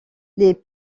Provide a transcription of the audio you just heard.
les